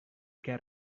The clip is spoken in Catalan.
què